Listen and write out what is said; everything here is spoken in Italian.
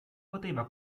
poteva